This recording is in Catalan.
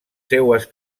seues